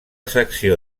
secció